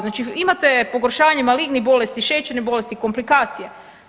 Znači imate pogoršanje malignih bolesti, šećernih bolesti, komplikacija.